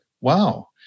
Wow